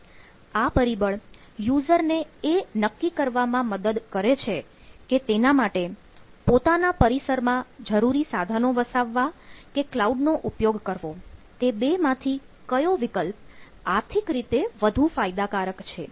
આ પરિબળ યુઝર ને એ નક્કી કરવામાં મદદ કરે છે કે તેના માટે પોતાના પરિસરમાં જરૂરી સાધનો વસાવવા કે કલાઉડ નો ઉપયોગ કરવો તે બે માંથી કયો વિકલ્પ આર્થિક રીતે વધુ ફાયદાકારક છે